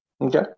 Okay